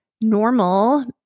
normal